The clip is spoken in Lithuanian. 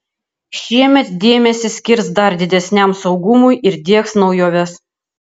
šiemet dėmesį skirs dar didesniam saugumui ir diegs naujoves